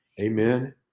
Amen